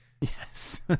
Yes